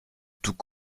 tous